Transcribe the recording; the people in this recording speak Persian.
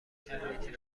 شرایطی